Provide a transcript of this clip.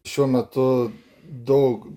šiuo metu daug